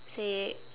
say